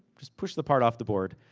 just push the part off the board.